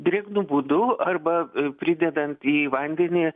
drėgnu būdu arba pridedant į vandenį